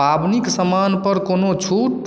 पाबनिक सामानपर कोनो छूट